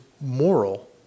moral